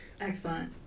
Excellent